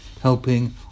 helping